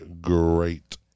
great